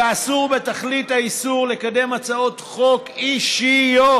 ואסור בתכלית האיסור לקדם הצעות חוק אישיות